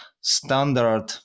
standard